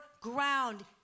ground